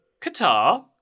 Qatar